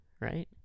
right